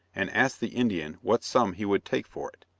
and asked the indian what sum he would take for it.